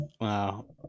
Wow